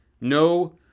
No